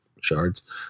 shards